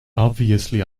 obviously